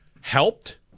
helped